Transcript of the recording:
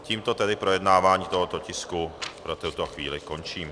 Tímto tedy projednávání tohoto tisku pro tuto chvíli končím.